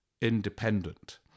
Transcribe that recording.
independent